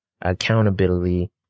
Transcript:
accountability